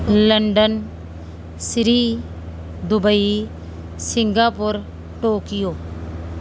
London ਸਿਰੀ Dubai Singapore Tokyo